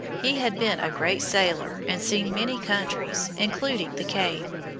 he had been a great sailor and seen many countries, including the cape.